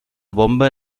bomba